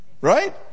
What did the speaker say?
Right